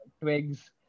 Twigs